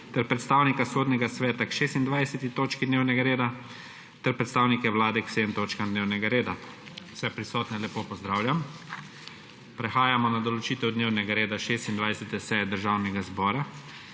ter predstavnika Sodnega sveta k 26. točki dnevnega reda ter predstavnike Vlade k vsem točkam dnevnega reda. Vse prisotne lepo pozdravljam. Prehajamo na **določitev dnevnega reda** 26. seje Državnega zbora.